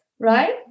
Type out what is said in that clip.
right